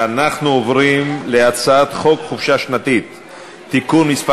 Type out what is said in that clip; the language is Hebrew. אנחנו עוברים להצעת חוק חופשה שנתית (תיקון מס'